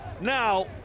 Now